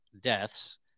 deaths